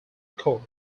court